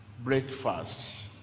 breakfast